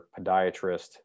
podiatrist